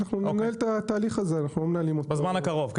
בזמן הקרוב.